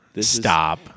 Stop